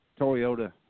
Toyota